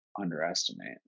underestimate